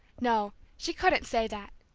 no, she couldn't say that.